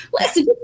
Listen